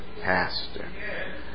pastor